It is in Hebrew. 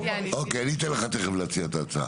אוקיי, אני אתן לך תכף להציע את ההצעה.